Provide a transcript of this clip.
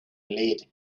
lead